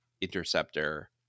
interceptor